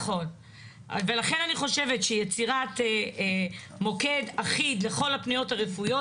נכון ולכן אני חושבת שיצירת מוקד אחיד לכל הפניות הרפואיות,